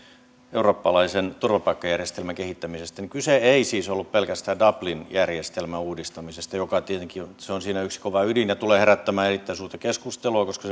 eurooppalaisen turvapaikkajärjestelmän kehittämisestä että kyse ei siis ollut pelkästään dublin järjestelmän uudistamisesta joka tietenkin on siinä yksi kova ydin ja tulee herättämään erittäin suurta keskustelua koska